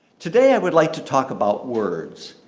today i would like to talk about words.